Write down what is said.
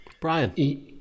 Brian